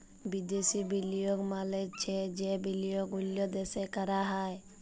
বিদ্যাসি বিলিয়গ মালে চ্ছে যে বিলিয়গ অল্য দ্যাশে ক্যরা হ্যয়